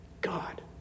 God